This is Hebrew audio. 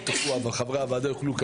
וחברי הוועדה יוכלו,